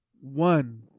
one